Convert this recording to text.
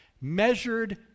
Measured